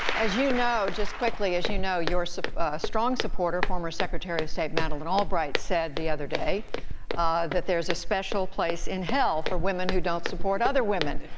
as you know, just quickly, as you know, your strong supporter, former secretary of state madeleine albright, said the other day that there's a special place in hell for women who don't support other women.